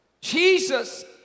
Jesus